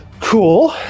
Cool